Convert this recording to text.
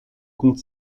comte